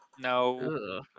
No